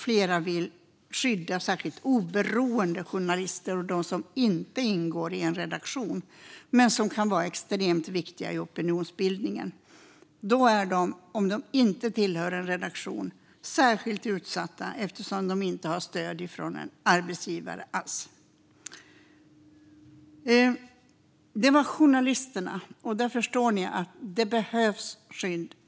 Flera vill särskilt skydda oberoende journalister som inte ingår i en redaktion men som kan vara extremt viktiga i opinionsbildningen. De som inte tillhör en redaktion är ju särskilt utsatta eftersom de inte alls har stöd från en arbetsgivare. Det föregående handlade alltså om journalisterna, och där förstår ni att det behövs skydd.